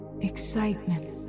excitement